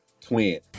twin